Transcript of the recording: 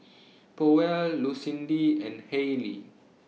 Powell Lucindy and Haylie